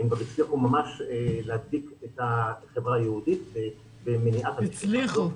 ממש להדביק את החברה היהודית במניעת הנשירה.